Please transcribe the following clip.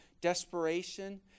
desperation